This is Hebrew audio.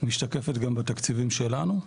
משתקף גם בתקציבים שלנו.